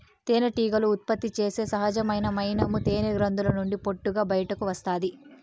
తేనెటీగలు ఉత్పత్తి చేసే సహజమైన మైనము తేనె గ్రంధుల నుండి పొట్టుగా బయటకు వస్తాది